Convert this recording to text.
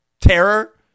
terror